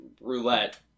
roulette